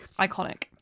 Iconic